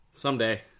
Someday